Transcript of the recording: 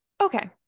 Okay